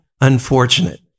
unfortunate